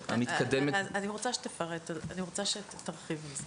המתקדמת --- אני רוצה שתרחיב על זה.